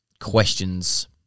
questions